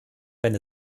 wenn